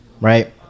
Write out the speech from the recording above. right